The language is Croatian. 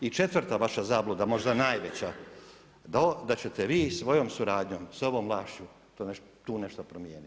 I četvrta vaša zabluda možda najveća, da ćete vi svojom suradnjom s ovom vlašću tu nešto promijeniti.